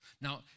Now